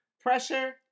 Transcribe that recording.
Pressure